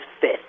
fifth